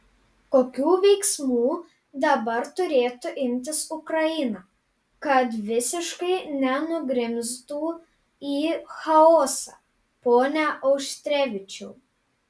kokių veiksmų dabar turėtų imtis ukraina kad visiškai nenugrimztų į chaosą pone auštrevičiau